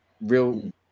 real